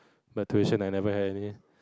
but tuition I never had it